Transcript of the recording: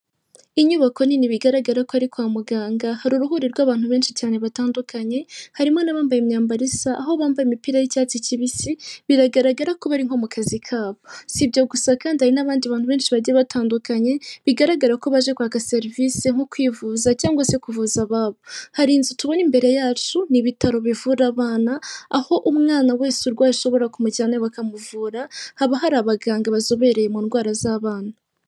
Inyubako nini bigaragara ko ari kwa muganga, hari uruhuri rw'abantu benshi cyane batandukanye, harimo n'abambaye imyambaro isa, aho bambaye imipira y'icyatsi kibisi, biragaragara ko bari nko mu kazi kabo. Si ibyo gusa kandi hari n'abandi bantu benshi bagiye batandukanye, bigaragara ko baje kwakwa serivisi nko kwivuza, cyangwa se kuvuza ababo, hari inzu tubona imbere yacu ni ibitaro bivura abana, aho umwana wese urwaye ushobora kumujyanayo bakamuvura, haba hari abaganga bazobereye mu ndwara z'abana.